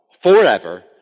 forever